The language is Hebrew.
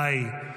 די.